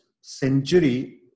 century